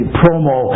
promo